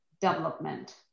development